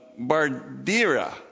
Bardira